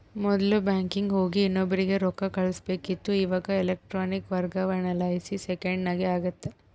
ಮೊದ್ಲು ಬ್ಯಾಂಕಿಗೆ ಹೋಗಿ ಇನ್ನೊಬ್ರಿಗೆ ರೊಕ್ಕ ಕಳುಸ್ಬೇಕಿತ್ತು, ಇವಾಗ ಎಲೆಕ್ಟ್ರಾನಿಕ್ ವರ್ಗಾವಣೆಲಾಸಿ ಸೆಕೆಂಡ್ನಾಗ ಆಗ್ತತೆ